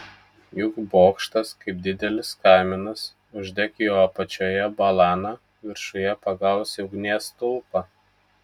juk bokštas kaip didelis kaminas uždek jo apačioje balaną viršuje pagausi ugnies stulpą